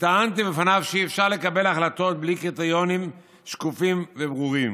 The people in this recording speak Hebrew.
וטענתי בפניו שאי-אפשר לקבל החלטות בלי קריטריונים שקופים וברורים.